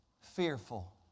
fearful